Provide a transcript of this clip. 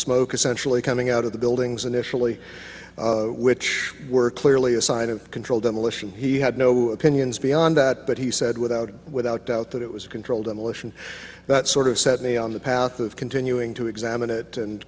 smoke essentially coming out of the buildings initially which were clearly a sign of controlled demolition he had no opinions beyond that but he said without without doubt that it was a controlled demolition that sort of set me on the path of continuing to examine it and